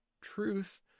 truth